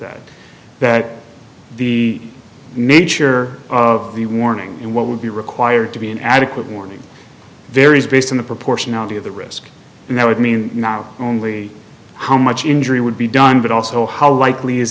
that that the nature of the warning and what would be required to be an adequate warning varies based on the proportionality of the risk and that would mean not only how much injury would be done but also how likely is